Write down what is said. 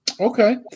Okay